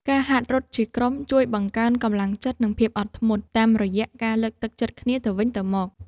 ការហាត់រត់ជាក្រុមជួយបង្កើនកម្លាំងចិត្ត និងភាពអត់ធ្មត់ តាមរយៈការលើកទឹកចិត្តគ្នាទៅវិញទៅមក។